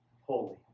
holy